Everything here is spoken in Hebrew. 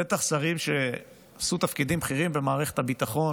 בטח שרים שעשו תפקידים בכירים במערכת הביטחון,